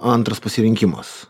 antras pasirinkimas